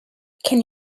can